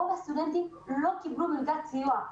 רוב הסטודנטים לא קיבלו מלגת סיוע.